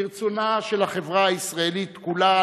לרצונה של החברה הישראלית כולה,